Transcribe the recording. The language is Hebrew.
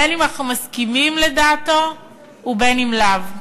בין אם אנחנו מסכימים לדעתו ובין אם לאו.